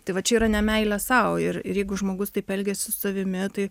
tai va čia yra nemeilė sau ir ir jeigu žmogus taip elgiasi su savimi tai